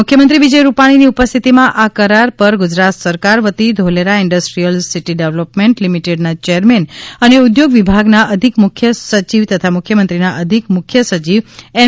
મુખ્યમંત્રીશ્રી વિજય રૂપાણીની ઉપસ્થિતિમાં આ કરાર પર ગુજરાત સરકાર વતી ધોલેરા ઈન્ડસ્ટ્રીયલ સિટી ડેવલપમેન્ટ લિમિટેડના ચેરમેન અને ઉદ્યોગ વિભાગના અધિક મુખ્ય સચિવ તથા મુખ્યમંત્રીના અધિક મુખ્ય સચિવ એમ